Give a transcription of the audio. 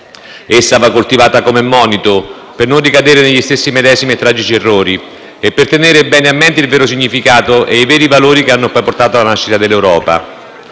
Essa va coltivata come monito per non ricadere negli stessi tragici errori e per tenere bene a mente il vero significato e i veri valori che hanno poi portato alla nascita dell'Europa.